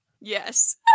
yes